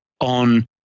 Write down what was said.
on